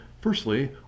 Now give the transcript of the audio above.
firstly